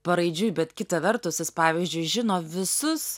paraidžiui bet kita vertus jis pavyzdžiui žino visus